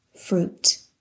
fruit